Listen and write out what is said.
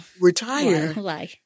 retire